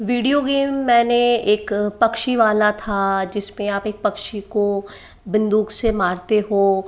video game बन्दूक से मारते हो